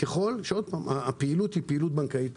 ככל שהפעילות היא פעילות בנקאית